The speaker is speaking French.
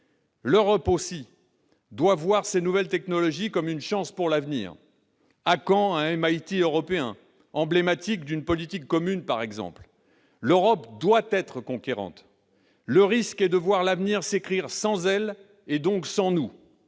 L'Europe aussi doit voir ces nouvelles technologies comme une chance pour l'avenir. Par exemple, à quand un MIT européen, emblématique d'une politique commune ? L'Europe doit être conquérante ! Le risque est de voir l'avenir s'écrire sans elle, et donc sans nous.